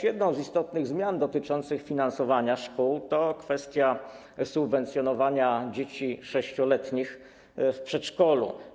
Jedną z istotnych zmian dotyczących finansowania szkół jest też kwestia subwencjonowania dzieci 6-letnich w przedszkolu.